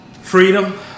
freedom